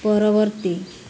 ପରବର୍ତ୍ତୀ